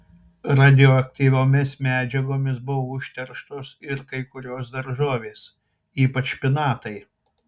radioaktyviomis medžiagomis buvo užterštos ir kai kurios daržovės ypač špinatai